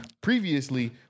Previously